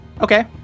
Okay